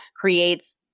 creates